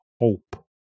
hope